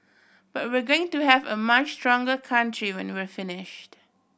but we're going to have a much stronger country when we finished